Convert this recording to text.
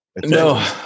No